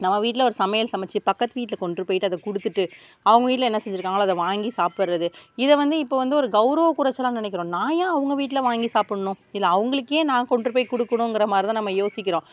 நம்ம வீட்ல ஒரு சமையல் சமைத்து பக்கத்து வீட்டில் கொண்டுட்டு போயிட்டு அதை கொடுத்துட்டு அவங்க வீட்டில் என்ன செஞ்சிருக்காங்களோ அதை வாங்கி சாப்பிட்றது இதை வந்து இப்போ வந்து ஒரு கௌரவ கொறைச்சலா நினைக்கிறோம் நான் ஏன் அவங்க வீட்டில் வாங்கி சாப்பிட்ணும் இல்லை அவங்களுக்கு ஏன் நான் கொண்டுட்டு போய் கொடுக்கணுங்குற மாதிரி தான் நம்ம யோசிக்கிறோம்